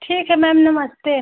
ठीक है मैम नमस्ते